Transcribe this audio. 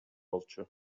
болчу